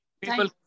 people